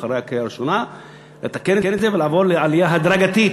אחרי הקריאה הראשונה לתקן את זה ולעבור לעלייה הדרגתית,